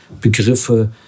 Begriffe